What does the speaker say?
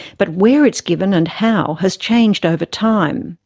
but where it's given and how has changed over time.